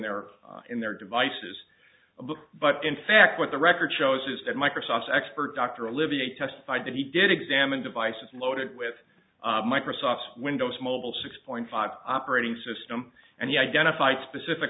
their in their devices but in fact with the record shows is that microsoft's expert dr olivier testified that he did examine devices loaded with microsoft's windows mobile six point five operating system and he identified specific